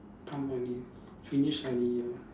come already finish already